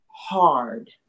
hard